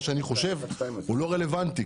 הוא לא רלוונטי.